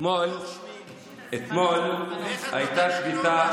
אתמול הייתה שביתה, חבר הכנסת דב, בוא.